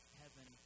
heaven